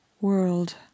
world